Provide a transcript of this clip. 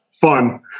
Fun